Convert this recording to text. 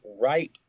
right